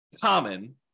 common